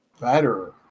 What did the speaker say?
better